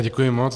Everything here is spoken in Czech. Děkuji moc.